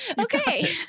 Okay